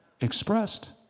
expressed